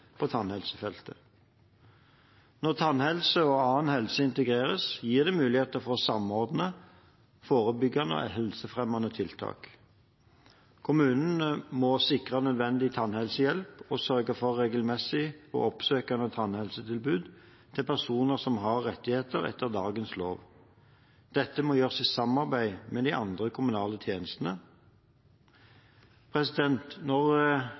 på tannhelsefeltet. Når tannhelse og annen helse integreres, gir det muligheter for å samordne forebyggende og helsefremmende tiltak. Kommunen må sikre nødvendig tannhelsehjelp og sørge for regelmessig og oppsøkende tannhelsetilbud til personer som har rettigheter etter dagens lov. Dette må gjøres i samarbeid med de andre kommunale tjenestene. Når